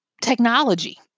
technology